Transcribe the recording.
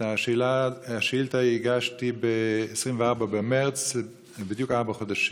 את השאילתה הגשתי ב-24 במרץ, בדיוק ארבעה חודשים.